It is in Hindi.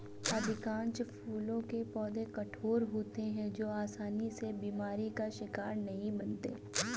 अधिकांश फूलों के पौधे कठोर होते हैं जो आसानी से बीमारी का शिकार नहीं बनते